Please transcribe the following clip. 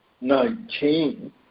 Nineteen